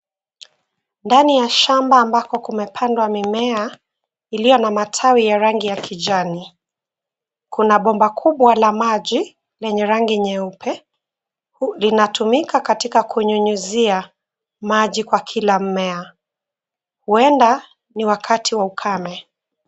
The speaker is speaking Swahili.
Ndani ya shamba ambako kumepandwa mimea iliyo na matawi ya rangi ya kijani kuna bomba kubwa la maji lenye rangi nyeupe vinatumika katika kunyunyizia maji kwa kila mmea. Huenda ni wakati wa ukame.